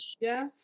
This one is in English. yes